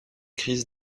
crise